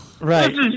Right